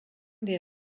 des